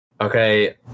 Okay